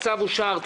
הצבעה בעד,